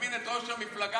שתזמין את ראש המפלגה,